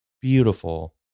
beautiful